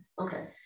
okay